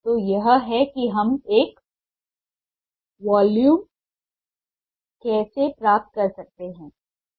तो यह है कि हम एक वॉल्यूम कैसे प्राप्त कर सकते हैं